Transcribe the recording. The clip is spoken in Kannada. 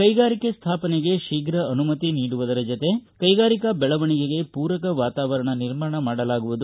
ಕ್ಟೆಗಾರಿಕೆ ಸ್ವಾಪನೆಗೆ ಶೀಘ ಅನುಮತಿ ನೀಡುವುದರ ಜೊತೆಗೆ ಕ್ಟೆಗಾರಿಕಾ ಬೆಳವಣಿಗೆಗೆ ಪೂರಕ ವಾತಾವರಣ ನಿರ್ಮಾಣ ಮಾಡಲಾಗುವುದು